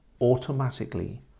automatically